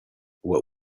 what